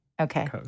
Okay